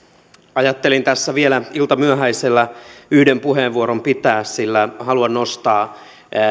ajattelin tässä vielä iltamyöhäisellä yhden puheenvuoron pitää sillä haluan nostaa